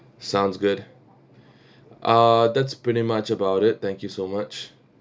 sounds good uh that's pretty much about it thank you so much